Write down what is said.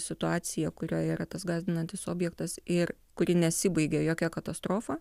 situaciją kurioj yra tas gąsdinantis objektas ir kuri nesibaigia jokia katastrofa